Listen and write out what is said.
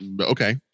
Okay